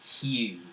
Huge